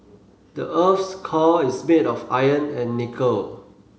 the earth's core is made of iron and nickel